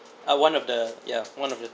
uh one of the ya one of the